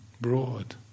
broad